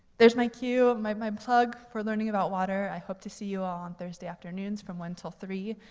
there's my cue, my my plug for learning about water. i hope to see you all on thursday afternoons from one to three.